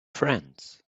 friends